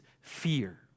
fear